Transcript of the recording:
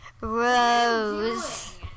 Rose